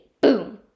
boom